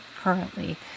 currently